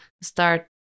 start